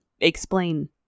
explain